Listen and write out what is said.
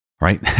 Right